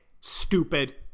stupid